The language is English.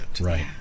Right